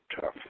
tough